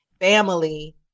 family